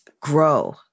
grow